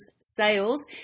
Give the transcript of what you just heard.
sales